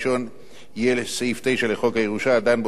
יהיה לפי סעיף 9 לחוק הירושה הדן באותה סיטואציה.